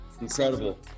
Incredible